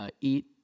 Eat